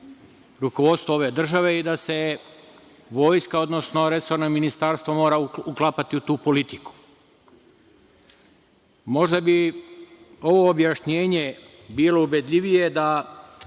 rukovodstvo ove države i da se Vojska, odnosno resorno ministarstvo mora uklapati u tu politiku. Možda bi ovo objašnjenje bilo ubedljivije da